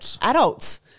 Adults